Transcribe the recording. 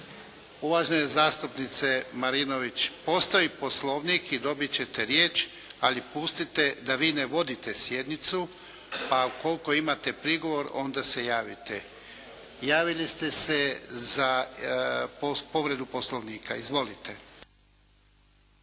uvažene zastupnice Marinović, postoji Poslovnik i dobiti ćete riječ, ali pustite da vi ne vodite sjednicu. A ukoliko imate prigovor onda se javite. Javili ste se za povredu Poslovnika. Izvolite.